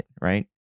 right